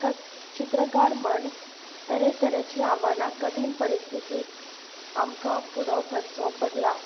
कस चित्रकार म्हण तरेतरेचीं आव्हानां कठीण परिस्थितीक आमकां फुडो करचो पडला